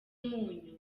umunyu